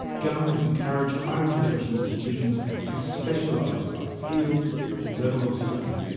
governments encourage higher education institutions to specialise by field or level of study.